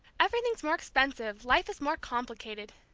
everything's more expensive, life is more complicated.